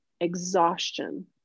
exhaustion